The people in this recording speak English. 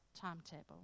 timetable